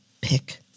pick